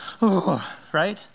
right